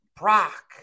Brock